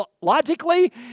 Logically